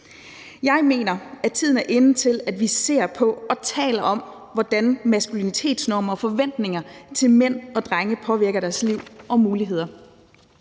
Jeg mener, at tiden er inde til, at vi ser på og taler om, hvordan maskulinitetsnormer og forventninger til mænd og drenge påvirker deres liv og muligheder.